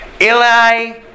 Eli